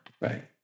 right